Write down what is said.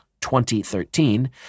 20.13—